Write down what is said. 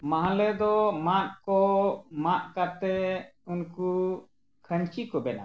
ᱢᱟᱦᱞᱮ ᱫᱚ ᱢᱟᱫ ᱠᱚ ᱢᱟᱜ ᱠᱟᱛᱮᱫ ᱩᱱᱠᱩ ᱠᱷᱟᱹᱧᱪᱤ ᱠᱚ ᱵᱮᱱᱟᱣᱟ